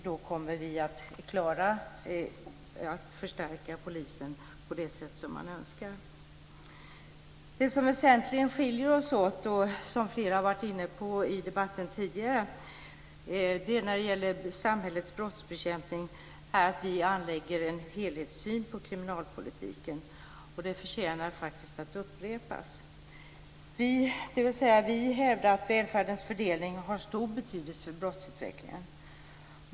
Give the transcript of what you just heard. Då kommer vi att klara att förstärka polisen på det sätt som man önskar. Det som skiljer oss väsentligt, som flera har varit inne på i debatten tidigare, när det gäller samhällets brottsbekämpning är att vi anlägger en helhetssyn på kriminalpolitiken. Det förtjänar att upprepas. Vi hävdar att välfärdens fördelning har stor betydelse för brottsutvecklingen.